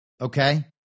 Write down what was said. Okay